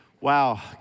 Wow